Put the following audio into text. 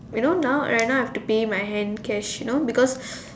we know now right now I have to pay my hand cash you know because